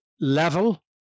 level